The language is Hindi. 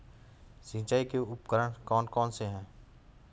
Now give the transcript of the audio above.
सिंचाई के उपकरण कौन कौन से हैं?